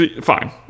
fine